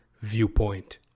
viewpoint